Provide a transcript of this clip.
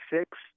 six